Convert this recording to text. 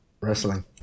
Wrestling